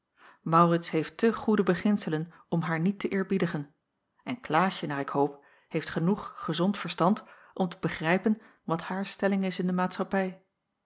maurits heeft te goede beginselen om haar niet te eerbiedigen en klaasje naar ik hoop heeft genoeg gezond verstand om te begrijpen wat haar stelling is in de maatschappij